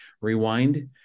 Rewind